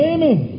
Amen